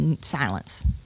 Silence